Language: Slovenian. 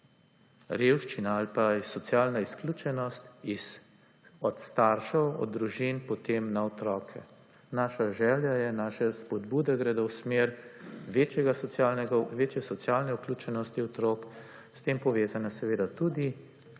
revščina ali pa socialna izključenost od staršev potem na otroke. Naša želja je, naše spodbude gredo v smer večje socialne vključenosti otrok, s tem povezana seveda tudi